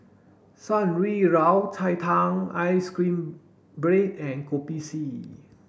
Shan Rui Yao Cai Tang ice cream bread and Kopi C